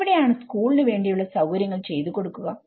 എവിടെയാണ് സ്കൂളിന് വേണ്ടിയുള്ള സൌകര്യങ്ങൾ ചെയ്തു കൊടുക്കുക